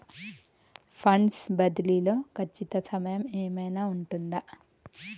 Funds బదిలీ లో ఖచ్చిత సమయం ఏమైనా ఉంటుందా?